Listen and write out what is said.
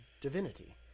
divinity